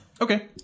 Okay